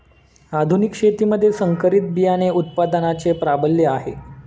आधुनिक शेतीमध्ये संकरित बियाणे उत्पादनाचे प्राबल्य आहे